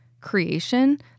creation